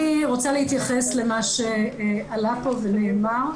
אני רוצה להתייחס למה שעלה פה ונאמר,